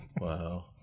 Wow